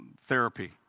therapy